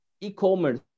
e-commerce